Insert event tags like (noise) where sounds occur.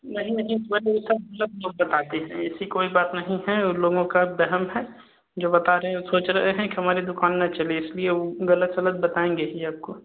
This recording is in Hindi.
नहीं नहीं (unintelligible) आते हैं ऐसी कोई बात नहीं है उन लोगों का वहम है जो बता रहे हैं वो सोच रहे हैं कि हमारी दुकान ना चले इसलिए वो ग़लत सलत बताएँगे ही आपको